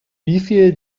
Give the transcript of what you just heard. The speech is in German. wieviel